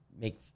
make